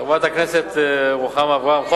חברת הכנסת רוחמה אברהם.